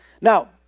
Now